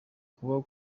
kuba